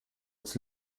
its